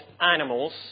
animals